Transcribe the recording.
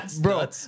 Bro